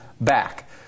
back